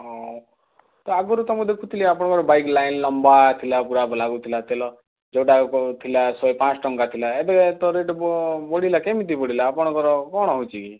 ହଉ ତ ଆଗରୁ ମୁଁ ତ ଦେଖୁଥିଲି ଆପଣଙ୍କର ବାଇକ୍ ଲାଇନ୍ ଲମ୍ୱା ଥିଲା ପୁରା ଲାଗୁଥିଲା ତେଲ ଯେଉଁଟା ଥିଲା ଶହେ ପାଞ୍ଚ ଟଙ୍କା ଥିଲା ଏବେ ତ ରେଟ୍ ବଢ଼ି ବଢ଼ିଲା କେମିତି ବଢ଼ିଲା ଆପଣଙ୍କର କ'ଣ ହେଉଛି କି